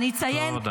תודה.